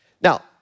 Now